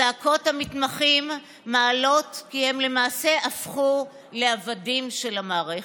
זעקות המתמחים מעלות כי הם למעשה הפכו לעבדים של המערכת.